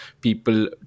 people